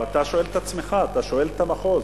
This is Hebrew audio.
אתה שואל את עצמך, אתה שואל את המחוז,